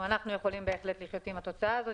אנחנו יכולים בהחלט לחיות עם התוצאה הזאת.